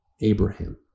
Abraham